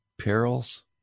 perils